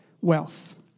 wealth